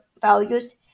values